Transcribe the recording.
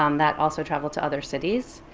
um that also travelled to other cities.